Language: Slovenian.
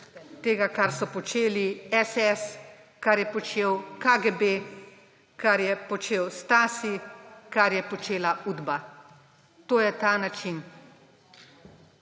tega, kar so počeli SS, KGB, kar je počel Stasi, kar je počela Udba. To je ta način.